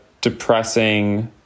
depressing